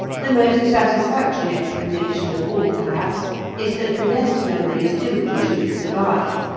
the most satisfactory explanation of all perhaps is that the nest memories do in truth survive,